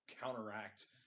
counteract